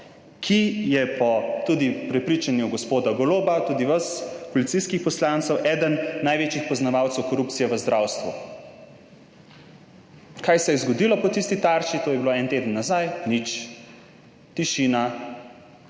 ki je po tudi prepričanju gospoda Goloba, tudi vas koalicijskih poslancev, eden največjih poznavalcev korupcije v zdravstvu. Kaj se je zgodilo po tisti Tarči? To je bilo en teden nazaj. Nič, tišina.